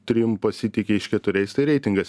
trim pasitiki iš keturiais tai reitingas